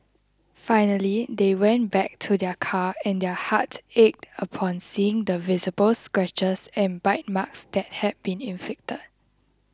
finally they went back to their car and their hearts ached upon seeing the visible scratches and bite marks that had been inflicted